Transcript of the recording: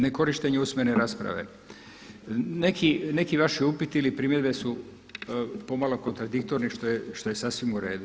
Ne korištenje usmene rasprave, neki vaši upiti ili primjedbe su pomalo kontradiktorni što je sasvim u redu.